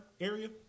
area